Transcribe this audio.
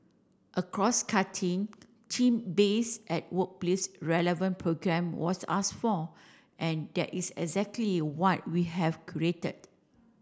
a crosscutting team base and workplace relevant programme was ask for and that is exactly what we have cruated